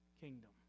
kingdom